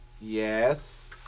Yes